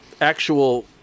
actual